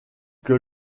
que